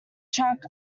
track